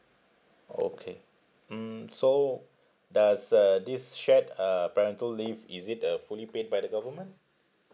okay mm so does uh this shared uh parental leave is it uh fully paid by the government